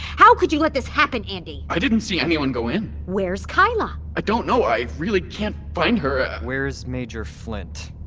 how could you let this happen andi? i didn't see anyone go in! where's keila? i don't know. i really can't find her, ichip where's major flint?